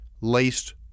laced